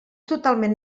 totalment